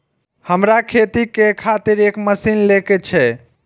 हमरा खेती के खातिर एक मशीन ले के छे?